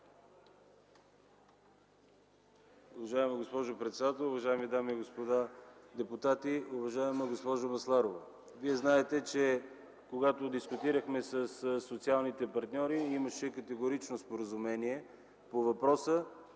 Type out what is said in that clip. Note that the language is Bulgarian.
Уважаема госпожо председател, уважаеми дами и господа депутати, уважаема госпожо Масларова! Вие знаете, че когато дискутирахме със социалните партньори, имаше категорично споразумение по въпроса